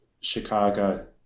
Chicago